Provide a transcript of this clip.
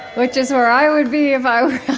which is where i would be if i